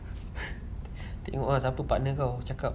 tengok siapa partner kau cakap